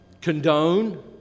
condone